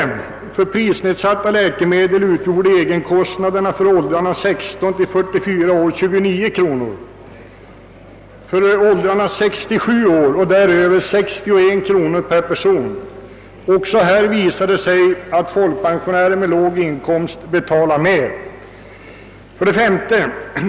För prisnedsatta läkemedel utgjorde egenkostnaderna för åldrarna 16—44 år 29 kronor, för åldrarna 67 år och däröver 61 kronor per person. Också i detta avseende visar det sig att folkpensionärer med låg inkomst betalar mer.